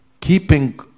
keeping